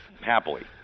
happily